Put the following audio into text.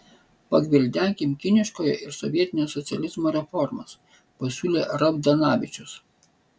pagvildenkim kiniškojo ir sovietinio socializmo reformas pasiūlė ravdanavičius